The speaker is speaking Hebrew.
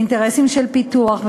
לאינטרסים של פיתוח,